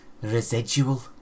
residual